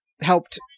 helped